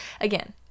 again